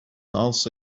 also